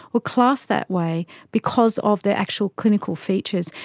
were classed that way because of their actual clinical features.